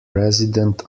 resident